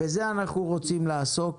בזה אנחנו רוצים לעסוק.